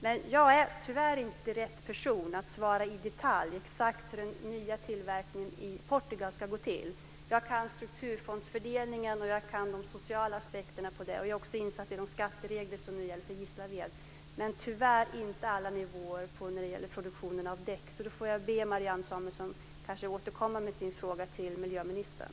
Men jag är tyvärr inte rätt person att svara exakt i detalj på hur den nya tillverkningen i Portugal ska gå till. Jag kan strukturfondsfördelningen och de sociala aspekterna på den. Jag är också insatt i de skatteregler som nu gäller för Gislaved. Men tyvärr behärskar jag inte alla nivåer när det gäller produktionen av däck. Jag får be Marianne Samuelsson att återkomma med sin fråga till miljöministern.